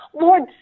Lord